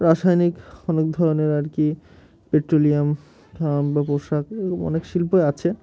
রাসায়নিক অনেক ধরনের আর কি পেট্রোলিয়াম খাম্প বা পোশাক এরকম অনেক শিল্পই আছে